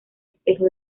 espejo